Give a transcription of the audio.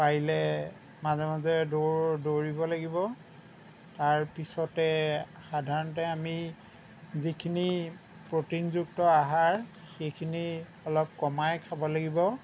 পাৰিলে মাজে মাজে দৌৰ দৌৰিব লাগিব তাৰ পিছতে সাধাৰণতে আমি যিখিনি প্ৰটিনযুক্ত আহাৰ সেইখিনি অলপ কমাই খাব লাগিব